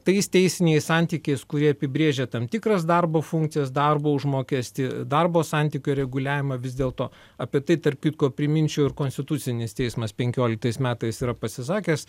tais teisiniais santykiais kurie apibrėžia tam tikras darbo funkcijas darbo užmokestį darbo santykių reguliavimą vis dėlto apie tai tarp kitko priminčiau ir konstitucinis teismas penkioliktais metais yra pasisakęs